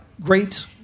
great